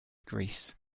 greece